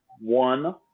One